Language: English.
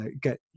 get